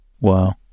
Wow